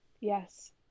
Yes